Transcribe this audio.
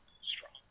strong